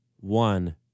one